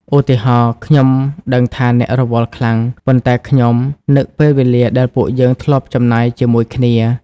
ឧទាហរណ៍ខ្ញុំដឹងថាអ្នករវល់ខ្លាំង ប៉ុន្តែខ្ញុំនឹកពេលវេលាដែលពួកយើងធ្លាប់ចំណាយជាមួយគ្នា។